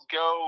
go